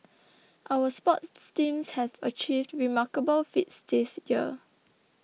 our sports teams have achieved remarkable feats this year